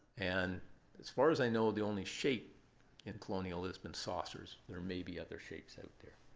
and as far as i know, the only shape in colonial has been saucers. there may be other shapes out there.